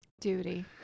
duty